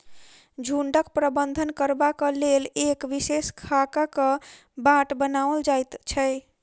झुंडक प्रबंधन करबाक लेल एक विशेष खाकाक बाट बनाओल जाइत छै